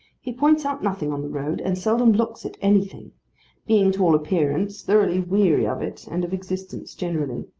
he points out nothing on the road, and seldom looks at anything being, to all appearance, thoroughly weary of it and of existence generally.